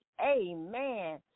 amen